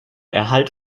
erhalt